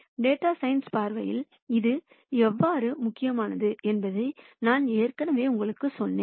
data science பார்வையில் இது எவ்வாறு முக்கியமானது என்பதை நான் ஏற்கனவே உங்களுக்குச் சொன்னேன்